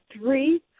Three